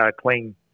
clean